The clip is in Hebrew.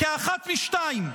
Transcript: כי אחת משתיים: